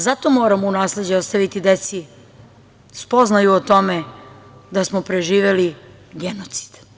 Zato moramo u nasleđe ostaviti deci spoznaju o tome da smo preživeli genocid.